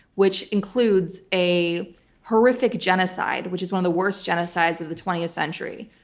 which includes a horrific genocide, which is one of the worst genocides of the twentieth century.